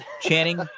Channing